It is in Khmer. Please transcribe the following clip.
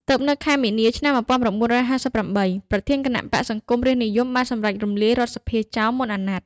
ទើបនៅខែមីនា ឆ្នាំ ១៩៥៨ ប្រធានគណបក្សសង្គមរាស្ត្រនិយមបានសម្រេចរំលាយរដ្ឋសភាចោលមុនអាណត្តិ។